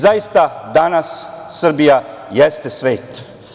Zaista, danas Srbija jeste svet.